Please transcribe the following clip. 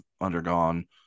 undergone